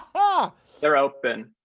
ah they're open.